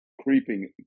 creeping